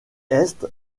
est